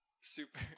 super